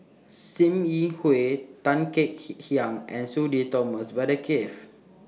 SIM Yi Hui Tan Kek Hiang and Sudhir Thomas Vadaketh